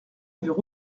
avaient